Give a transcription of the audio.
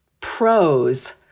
pros